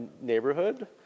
neighborhood